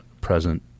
present